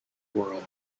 world